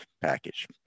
package